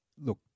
look